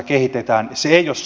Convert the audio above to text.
se ei ole sanelua